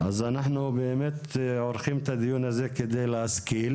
אז אנחנו באמת עורכים את הדיון הזה כדי להשכיל